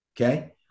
Okay